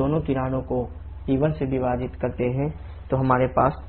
दोनों किनारों को P1 से विभाजित करते हैं तो हमारे पास क्या है